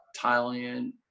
Thailand